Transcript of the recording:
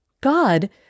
God